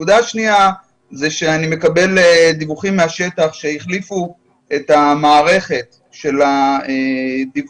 נקודה שנייה היא שאני מקבל דיווחים מהשטח שהחליפו את המערכת של הדיווח,